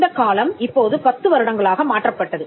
இந்தக் காலம் இப்போது பத்து வருடங்களாக மாற்றப்பட்டது